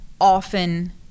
often